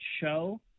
show